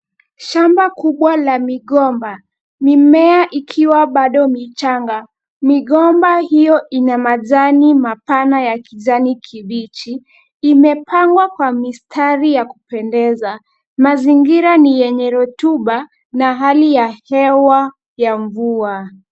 Shamba kubwa la migomba mimea ikiwa bado michanga migomba hiyo ina majani mapana ya kijani kibichi imepangwa kwa mistari ya kupendeza mazingira ni yenye rotuba na hali ya hewa ya mvua.